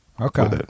Okay